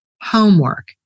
Homework